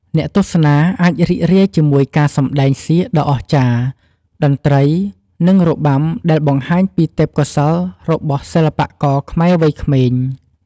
អ្នកទស្សនាអាចរីករាយជាមួយការសម្តែងសៀកដ៏អស្ចារ្យ តន្ត្រី និងរបាំ ដែលបង្ហាញពីទេពកោសល្យរបស់សិល្បករខ្មែរវ័យក្មេង។